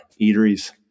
eateries